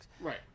Right